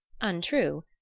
Untrue